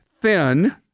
thin